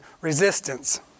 resistance